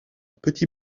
petit